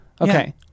Okay